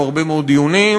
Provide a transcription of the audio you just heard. היו הרבה מאוד דיונים,